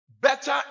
better